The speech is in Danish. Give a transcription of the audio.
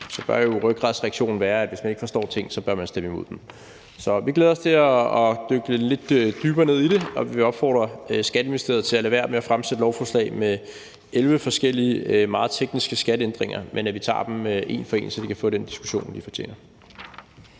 bør rygmarvsreaktionen jo være, at hvis man ikke forstår ting, bør man stemme imod dem. Så vi glæder os til at dykke lidt dybere ned i det, og vi vil opfordre til, at Skatteministeriet lader være med at fremsætte lovforslag med 11 forskellige meget tekniske skatteændringer, men at vi tager dem en for en, så vi kan få den diskussion, det fortjener.